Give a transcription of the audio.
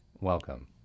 Welcome